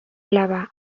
blava